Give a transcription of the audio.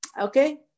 Okay